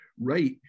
right